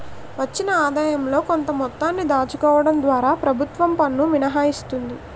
వచ్చిన ఆదాయంలో కొంత మొత్తాన్ని దాచుకోవడం ద్వారా ప్రభుత్వం పన్ను మినహాయిస్తుంది